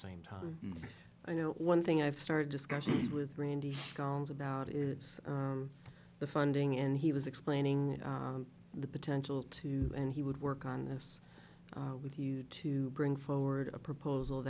same time i know one thing i've started discussions with randy stone's about is the funding and he was explaining the potential to and he would work on this with you to bring forward a proposal